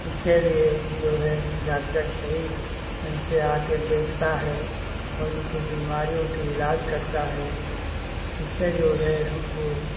उसके लिए जो है डाक्टर सही ढंग से आकर देखता है और उनके बीमारियों के इलाज करता है इससे जो है हमको